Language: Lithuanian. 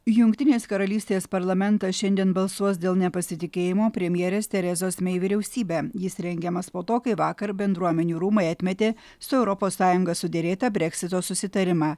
jungtinės karalystės parlamentas šiandien balsuos dėl nepasitikėjimo premjerės terezos mei vyriausybe jis rengiamas po to kai vakar bendruomenių rūmai atmetė su europos sąjunga suderėtą breksito susitarimą